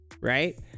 right